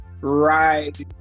right